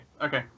okay